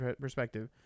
perspective